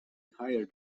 hired